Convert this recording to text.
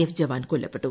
F ജവാൻ കൊല്ലപ്പെട്ടു